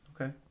Okay